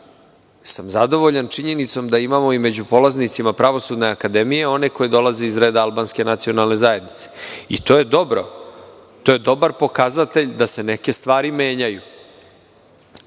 sam zadovoljan činjenicom da među polaznicima Pravosudne akademije imamo one koji dolaze iz reda albanske nacionalne zajednice i to je dobro. To je dobar pokazatelj da se neke stvari menjaju.